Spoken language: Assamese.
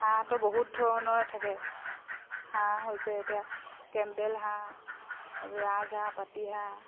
হাঁহ তো বহুত ধৰণৰ থাকে হাঁহ হৈছে এতিয়া কেম্পেল হাঁহ ৰাজহাঁহ পাতিহাঁহ